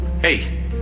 Hey